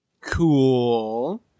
Cool